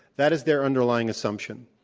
that is their underlying assumption.